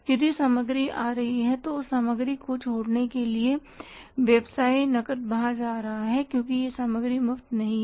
यदि सामग्री आ रही है तो उस सामग्री को छोड़ने के लिए व्यवसाय नकद बाहर जा रहा है क्योंकि वह सामग्री मुफ्त नहीं है